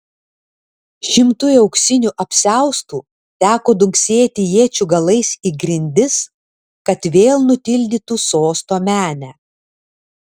šimtui auksinių apsiaustų teko dunksėti iečių galais į grindis kad vėl nutildytų sosto menę